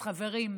אז חברים,